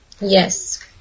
Yes